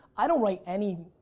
i don't write any.